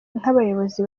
nk’abayobozi